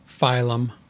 Phylum